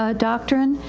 ah doctrine.